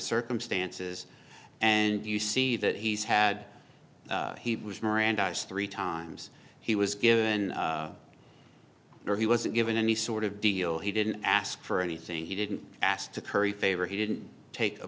circumstances and you see that he's had he was mirandized three times he was given no he wasn't given any sort of deal he didn't ask for anything he didn't ask to curry favor he didn't take a